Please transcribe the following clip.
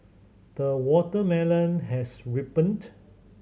the watermelon has ripened